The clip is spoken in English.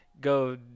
Go